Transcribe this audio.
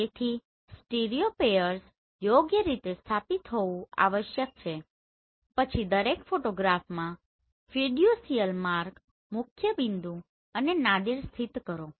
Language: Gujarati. તેથી સ્ટીરિયોપેઅર્સ યોગ્ય રીતે સ્થાપિત હોવું આવશ્યક છે પછી દરેક ફોટોગ્રાફમાં ફિડ્યુસીયલ માર્ક મુખ્યબિંદુ અને નાદિર સ્થિત કરો